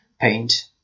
paint